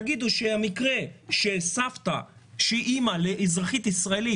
תגידו שהמקרה של סבתא שהיא אימא לאזרחית ישראלית,